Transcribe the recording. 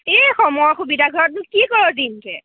এই সময় সুবিধা ঘৰতনো কি কৰ